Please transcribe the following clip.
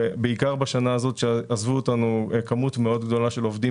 בעיקר בשנה הזאת שעזב אותנו מספר גדול מאוד של עובדים